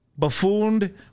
buffooned